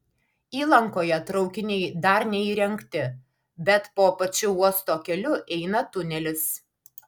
įlankoje traukiniai dar neįrengti bet po pačiu uosto keliu eina tunelis